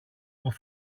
που